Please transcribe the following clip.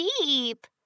deep